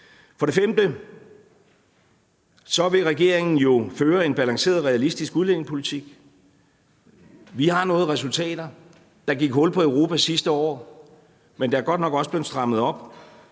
For det femte vil regeringen føre en balanceret, realistisk udlændingepolitik. Vi har nået resultater. Der gik hul på Europa sidste år, men der er godt nok også blevet strammet op.